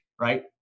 right